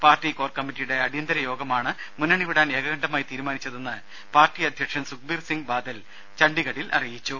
party core കമ്മിറ്റിയുടെ അടിയന്തര യോഗമാണ് മുന്നണി വിടാൻ ഏകകണ്ഠമായി തീരുമാനിച്ചതെന്ന് പാർട്ടി അധ്യക്ഷൻ സുഖ്ബീർ സിങ് ബാദൽ ഛണ്ഡീഗഢിൽ അറിയിച്ചു